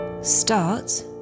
Start